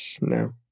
no